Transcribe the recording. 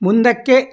ಮುಂದಕ್ಕೆ